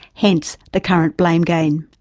hence the current blame game.